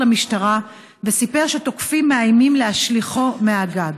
למשטרה וסיפר שתוקפים מאיימים להשליכו מהגג.